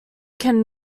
can